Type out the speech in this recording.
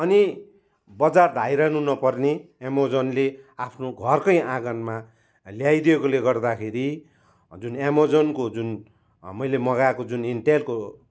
अनि बजार धाइरहनु नपर्ने एमाजोनले आफ्नो घरकै आँगनमा ल्याइदिएकोले गर्दाखेरि जुन एमाजोनको जुन मैले मगाएको जुन इन्टेलको